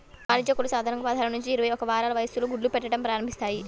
వాణిజ్య కోళ్లు సాధారణంగా పదహారు నుంచి ఇరవై ఒక్క వారాల వయస్సులో గుడ్లు పెట్టడం ప్రారంభిస్తాయి